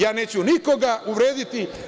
Ja neću nikoga uvrediti.